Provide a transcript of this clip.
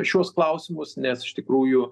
šiuos klausimus nes iš tikrųjų